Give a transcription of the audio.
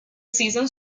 season